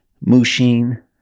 Mushin